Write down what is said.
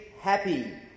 happy